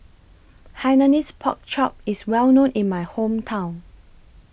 Hainanese Pork Chop IS Well known in My Hometown